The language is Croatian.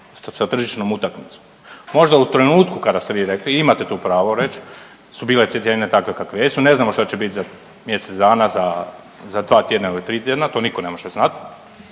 sa tržišnom utakmicom. Možda u trenutku kada ste vi rekli i imate tu pravo reći su bile cijene kakve jesu, ne znamo šta će biti za mjesec dana, za dva tjedna ili tri tjedna, to niko ne može znati,